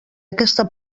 aquesta